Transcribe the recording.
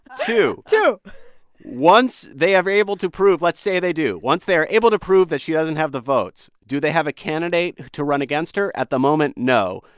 two so once they are able to prove let's say they do. once they are able to prove that she doesn't have the votes, do they have a candidate to run against her? at the moment, no.